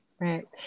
right